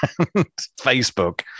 Facebook